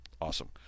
Awesome